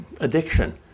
addiction